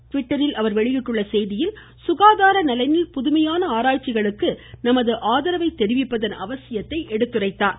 ட்விட்டரில் அவர் வெளியிட்டுள்ள செய்தியில் சுகாதார நலனில் புதுமையான ஆராய்ச்சிகளுக்கு நமது ஆதரவை தெரிவிப்பதன் அவசியத்தை எடுத்துரைத்தார்